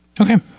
Okay